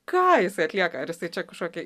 ką jisai atlieka ir jisai čia kažkokią